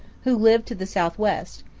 who lived to the southwest,